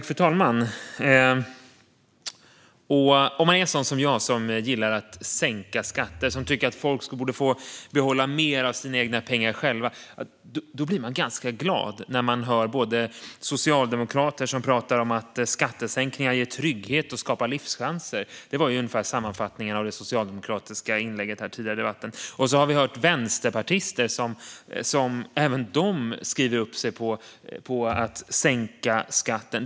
Fru talman! Om man är en sådan som jag, som gillar att sänka skatter och tycker att folk skulle få behålla mer av sina egna pengar själva, blir man ganska glad när man hör socialdemokrater som talar om att skattesänkningar ger trygghet och skapar livschanser. Det var ungefär sammanfattningen av det socialdemokratiska inlägget här tidigare i debatten. Vi har hört vänsterpartister som även de skriver under på att sänka skatten.